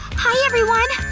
hi everyone!